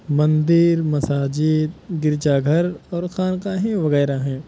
مندر مساجد گرجا گھر اور خانقاہیں وغیرہ ہیں